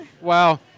Wow